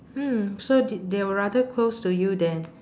hmm so th~ they were rather close to you then